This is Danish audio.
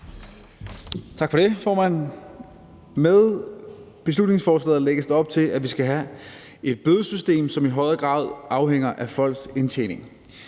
Tak for det, formand. Med beslutningsforslaget lægges der op til, at vi skal have et bødesystem, som i højere grad afhænger af folks indtjening.